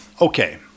Okay